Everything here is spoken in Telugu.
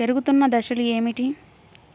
పెరుగుతున్న దశలు ఏమిటి?